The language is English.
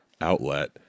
outlet